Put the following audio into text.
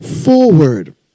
forward